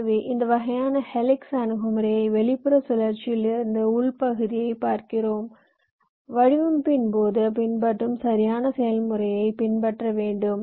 எனவே இந்த வகையான ஹெலிக்ஸ் அணுகுமுறையை வெளிப்புற சுழற்சியில் இருந்து உள் பகுதியை பார்க்கிறோம் வடிவமைப்பின் போது பின்பற்றும் சரியான செயல்முறையைப் பின்பற்ற வேண்டும்